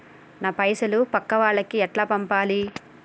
నా పైసలు పక్కా వాళ్లకి ఎట్లా పంపాలి?